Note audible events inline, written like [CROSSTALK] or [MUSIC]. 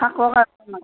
[UNINTELLIGIBLE]